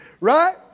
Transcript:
Right